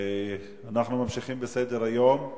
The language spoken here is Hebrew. אנחנו ממשיכים בסדר-היום.